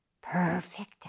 perfect